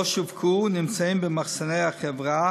לא שווקו, נמצאים במחסני החברה